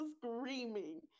screaming